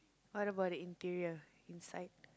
what about the interior inside